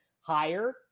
higher